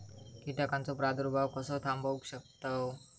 कीटकांचो प्रादुर्भाव कसो थांबवू शकतव?